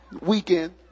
weekend